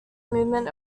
movement